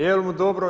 Jel mu dobro?